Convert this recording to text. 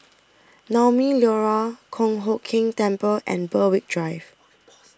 Naumi Liora Kong Hock Keng Temple and Berwick Drive